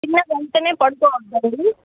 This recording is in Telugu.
తిన్న వెంటనే పడుకోవద్దండి